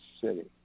city